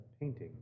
painting